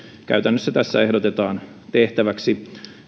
käytännössä tässä ehdotetaan tehtäväksi